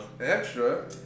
Extra